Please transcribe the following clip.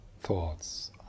thoughts